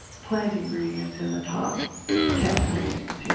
plant ingredients in the top ten ingredients, you know